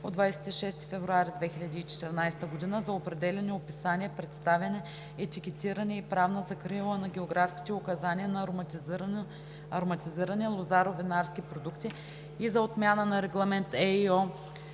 от 26 февруари 2014 г. за определяне, описание, представяне, етикетиране и правна закрила на географските указания на ароматизирани лозаро-винарски продукти и за отмяна на Регламент (ЕИО)